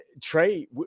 Trey